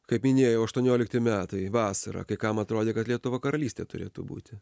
kaip minėjau aštuoniolikti metai vasara kai kam atrodė kad lietuva karalystė turėtų būti